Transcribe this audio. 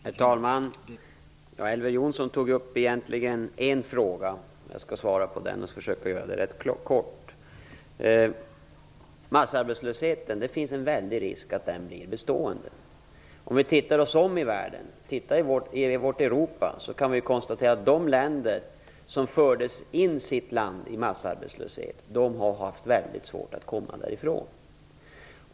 Herr talman! Elver Jonsson tog egentligen bara upp en fråga. Jag skall svara på den och försöka göra det rätt kort. Det finns en väldig risk för att massarbetslösheten blir bestående. Om vi tittar oss om i världen - om vi tittar i vårt Europa - kan vi konstatera att de länder som förts in i massarbetslöshet har haft väldigt svårt att komma därifrån.